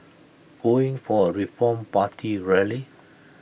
going for A reform party rally